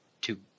two